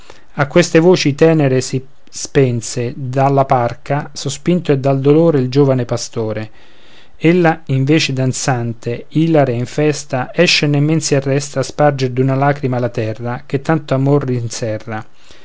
a queste voci tenere si spense dalla parca sospinto e dal dolore il giovine pastore ella invece danzante ilare e in festa esce e nemmen si arresta a sparger d'una lagrima la terra che tanto amor rinserra